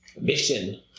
mission